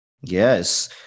Yes